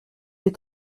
des